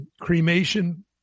cremation